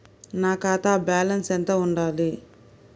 నా ఖాతా బ్యాలెన్స్ ఎంత ఉండాలి?